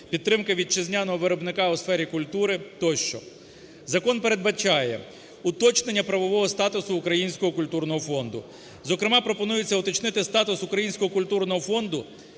підтримка вітчизняного виробника у сфері культури тощо. Закон передбачає уточнення правового статусу Українського культурного фонду. Зокрема пропонується уточнити статус Українського культурного фонду